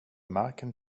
marken